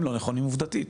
הם לא נכונים עובדתית.